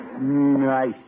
Nice